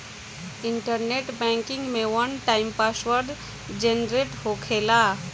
internet banking में one time password generate होखेला